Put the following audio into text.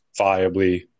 viably